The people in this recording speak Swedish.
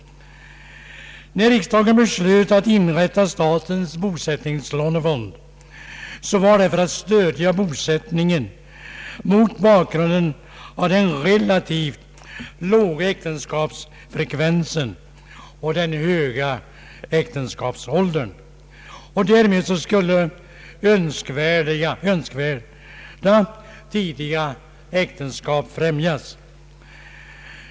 När riksdagen beslöt att inrätta statens bosättningslånefond var det i syfte att stödja bosättningen mot bakgrunden av den relativt låga äktenskapsfrekvensen och den höga äktenskapsåldern. Därigenom skulle tidiga äktenskap främjas.